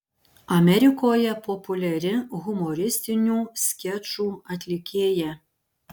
amerikoje populiari humoristinių skečų atlikėja